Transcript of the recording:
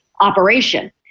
operation